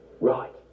right